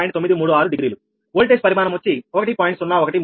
936 degree voltage పరిమాణం వచ్చి 1